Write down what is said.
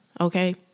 Okay